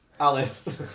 Alice